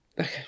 Okay